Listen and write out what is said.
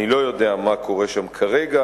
אני לא יודע מה קורה שם כרגע,